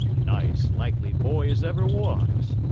nice, likely boy as ever was.